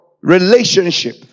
relationship